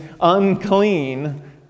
unclean